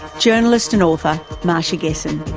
journalist and author masha gessen.